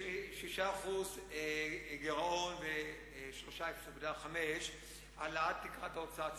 של 6% גירעון ו-3.05 העלאת תקרת ההוצאה הציבורית.